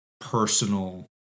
personal